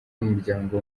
n’umuryango